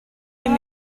rydw